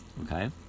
Okay